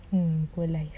mm good life